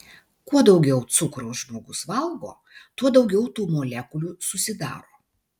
kuo daugiau cukraus žmogus valgo tuo daugiau tų molekulių susidaro